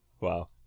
Wow